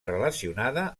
relacionada